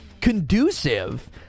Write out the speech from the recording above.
conducive